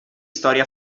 storie